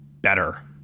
better